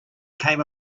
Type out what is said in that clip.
came